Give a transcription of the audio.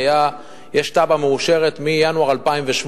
יש תב"ע מאושרת מינואר 2008,